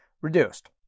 reduced